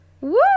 Woo